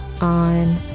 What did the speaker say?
on